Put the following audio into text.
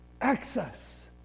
Access